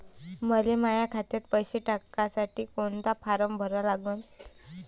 मले माह्या खात्यात पैसे टाकासाठी कोंता फारम भरा लागन?